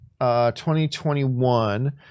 2021